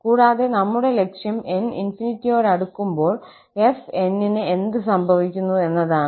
കൂടാതെ നമ്മുടെ ലക്ഷ്യം n ∞യോട് അടുക്കുമ്പോൾ fnന് എന്ത് സംഭവിക്കുന്നു എന്നതാണ്